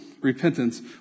repentance